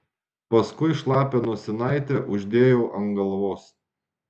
paskui šlapią nosinaitę uždėjau ant galvos